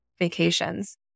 vacations